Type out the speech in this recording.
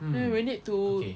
we need to